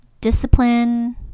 discipline